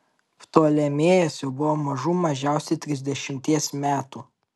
ptolemėjas jau buvo mažų mažiausiai trisdešimties metų